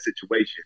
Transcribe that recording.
situation